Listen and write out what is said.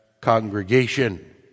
congregation